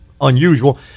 unusual